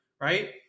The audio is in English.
Right